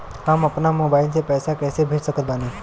हम अपना मोबाइल से पैसा कैसे भेज सकत बानी?